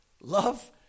Love